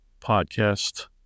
podcast